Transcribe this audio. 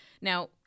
Now